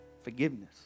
Forgiveness